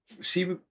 See